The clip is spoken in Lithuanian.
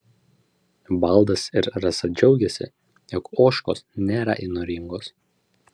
valdas ir rasa džiaugiasi jog ožkos nėra įnoringos